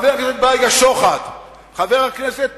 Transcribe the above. חבר הכנסת בייגה שוחט, חבר הכנסת